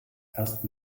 erst